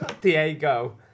Diego